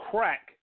Crack